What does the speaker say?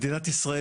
מדינת ישראל,